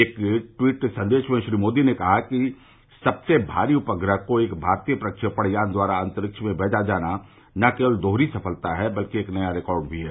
एक ट्वीट संदेश में श्री मोदी ने कहा कि सबसे भारी उपग्रह को एक भारतीय प्रक्षेपण यान द्वारा अंतरिक्ष में भेजा जाना न केवल दोहरी सफलता है बल्कि एक नया रिकॉर्ड भी है